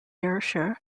ayrshire